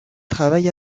travaille